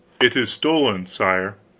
it is stolen, sire.